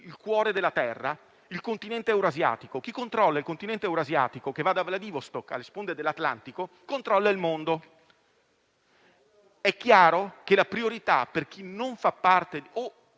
il cuore della Terra, il continente euroasiatico. Chi controlla il continente eurasiatico, che va da Vladivostok alle sponde dell'Atlantico, controlla il mondo. È chiaro che la priorità, per chi non fa parte e